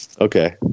Okay